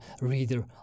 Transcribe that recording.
reader